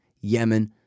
Yemen